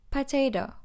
Potato